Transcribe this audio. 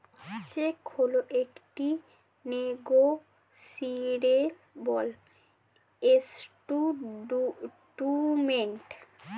check হল একটি negotiable instrument